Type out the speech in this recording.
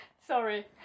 Sorry